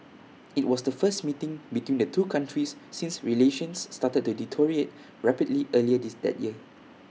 IT was the first meeting between the two countries since relations started to deteriorate rapidly earlier this that year